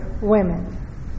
women